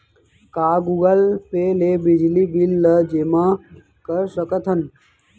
का Google pay ले बिजली बिल ल जेमा कर सकथन?